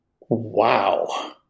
wow